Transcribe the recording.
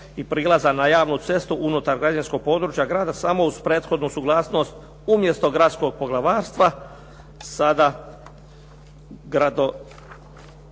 i prilaza na javnu cestu unutar građevinskog područja grada samo uz prethodnu suglasnost umjesto gradskog poglavarstva, sada